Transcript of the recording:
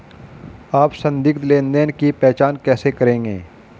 आप संदिग्ध लेनदेन की पहचान कैसे करेंगे?